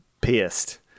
pissed